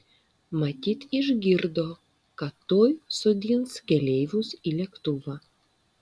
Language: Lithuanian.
matyt išgirdo kad tuoj sodins keleivius į lėktuvą